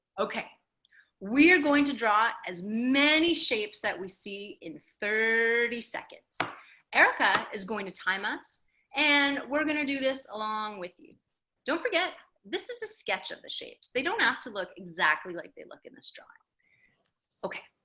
okay we are going to draw as many shapes that we see in thirty seconds erica is going to time us and we're gonna do this along with you don't forget this is a sketch of the shapes they don't have to look exactly like they look in this drawing okay